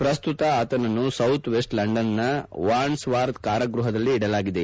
ಪ್ರಸ್ತುತ ಆತನನ್ನು ಸೌತ್ಮೆಸ್ಟ್ ಲಂಡನ್ನ ವಾಂಡ್ವರ್ತ್ ಕಾರಾಗ್ಯಪದಲ್ಲಿ ಇಡಲಾಗಿದೆ